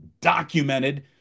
documented